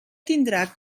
tindrà